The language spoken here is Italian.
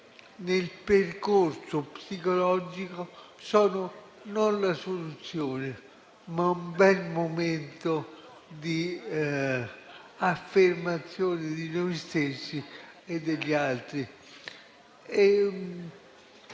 nel percorso psicologico sono non la soluzione, ma un bel momento di affermazione di noi stessi e degli altri.